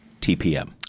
TPM